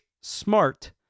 SMART